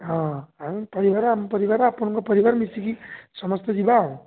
ହଁ ଆମ ପରିବାର ଆମ ପରିବାର ଆପଣଙ୍କ ପରିବାର ମିଶିକି ସମସ୍ତେ ଯିବା ଆଉ